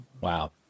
Wow